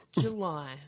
July